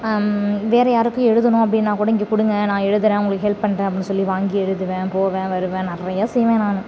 வேறு யாருக்கும் எழுதணும் அப்படினாக்கூட இங்கே கொடுங்க நான் எழுதுகிறேன் உங்களுக்கு ஹெல்ப் பண்ணுறேன் அப்படினு சொல்லி வாங்கி எழுதுவேன் போவேன் வருவேன் நிறையா செய்வேன் நான்